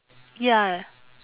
ya